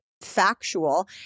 factual